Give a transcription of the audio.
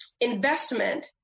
investment